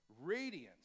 radiance